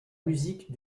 musique